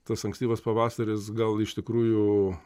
tas ankstyvas pavasaris gal iš tikrųjų